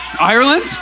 ireland